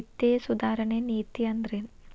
ವಿತ್ತೇಯ ಸುಧಾರಣೆ ನೇತಿ ಅಂದ್ರೆನ್